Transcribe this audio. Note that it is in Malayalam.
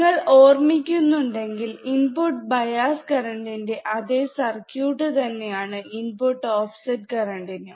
നിങ്ങൾ ഓർമ്മിക്കുന്നണ്ടെങ്കിൽ ഇൻപുട്ട് ബയാസ് കറണ്ട്ന്റെ അതേ സർക്യൂട്ട് തന്നെയാണ് ഇൻപുട്ട് ഓഫ് സെറ്റ് കറണ്ട് നും